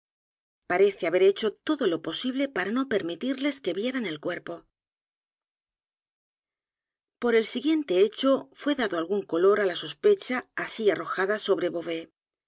parece haber hecho todo lo posible para no permitirles que vieran el cuerpo por el siguiente hecho fué dado algún color ala sospecha así arrojada sobre